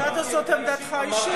הודעת שזאת עמדתך האישית.